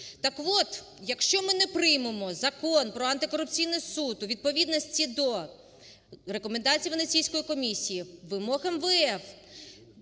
Так от, якщо ми не приймемо Закон про Антикорупційний суд у відповідності до рекомендацій Венеційської комісії, вимог МВФ,